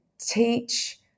teach